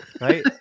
right